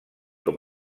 com